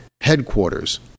Headquarters